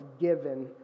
given